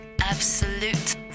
Absolute